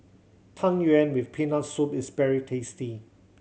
Tang Yuen with Peanut Soup is very tasty